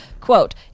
Quote